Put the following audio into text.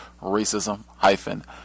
racism